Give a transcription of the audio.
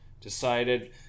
decided